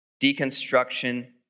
deconstruction